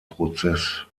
prozess